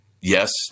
yes